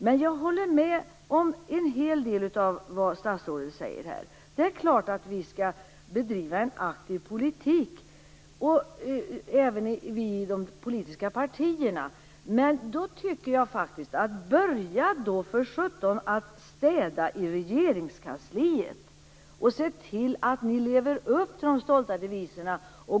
Men jag håller med om en hel del av vad statsrådet säger. Det är klart att vi skall bedriva en aktiv politik, även i de politiska partierna. Men då tycker jag faktiskt att ni skall börja med att städa i Regeringskansliet. Se till att ni lever upp till de stolta deviserna!